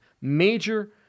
major